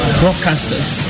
broadcasters